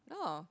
yeah